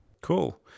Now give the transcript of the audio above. Cool